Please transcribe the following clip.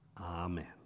Amen